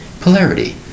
polarity